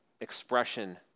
expression